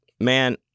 man